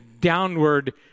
downward